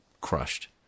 crushed